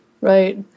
right